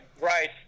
Right